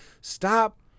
Stop